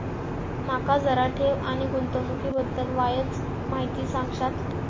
माका जरा ठेव आणि गुंतवणूकी बद्दल वायचं माहिती सांगशात?